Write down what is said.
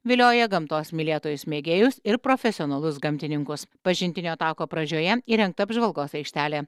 vilioja gamtos mylėtojus mėgėjus ir profesionalus gamtininkus pažintinio tako pradžioje įrengta apžvalgos aikštelė